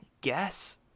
guess